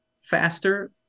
faster